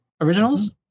originals